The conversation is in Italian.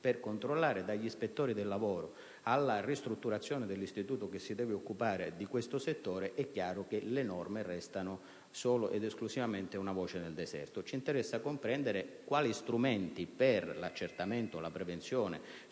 per controllare, dagli ispettori del lavoro alla ristrutturazione dell'Istituto che si deve occupare di questo settore, è chiaro che esse restano solo ed esclusivamente una voce nel deserto. Ci interessa comprendere quali strumenti per l'accertamento e la prevenzione